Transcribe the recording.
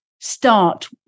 start